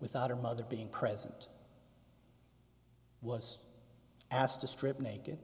without her mother being present was asked to strip naked